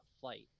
flight